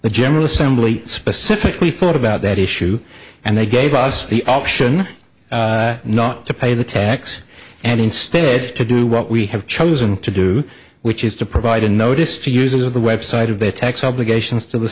the general assembly specifically thought about that issue and they gave us the option not to pay the tax and instead to do what we have chosen to do which is to provide a notice to use of the website of the tax obligations to the